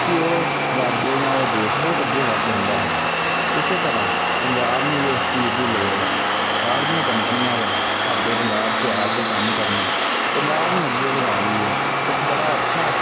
ਕੀ ਉਹ ਰਾਜਯ ਜਾਂ ਉਹ ਦੇਸ਼ ਬਹੁਤ ਅੱਗੇ ਵੱਧ ਜਾਂਦਾ ਹੈ ਇਸੇ ਤਰ੍ਹਾਂ ਪੰਜਾਬ ਨੂੰ ਵੀ ਇਸ ਚੀਜ ਦੀ ਲੋੜ ਐ ਬਾਹਰਦੀਆਂ ਕੰਪਨੀਆਂ ਦਾ ਸਾਡੇ ਪੰਜਾਬ 'ਚ ਆ ਕੇ ਕੰਮ ਕਰਨਾ ਪੰਜਾਬ ਨੂੰ ਅੱਗੇ ਵਧਾਉਣ ਲੀਏ ਇੱਕ ਬੜਾ ਅੱਛਾ